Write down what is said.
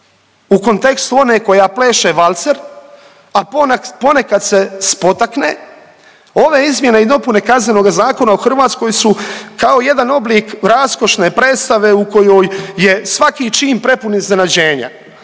u kontekstu one koja pleše valcer, a ponekad se spotakne, ove izmjene i dopune Kaznenoga zakona u Hrvatskoj su kao jedan oblik raskošne predstave u kojoj je svaki čin prepun iznenađenja.